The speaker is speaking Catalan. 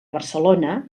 barcelona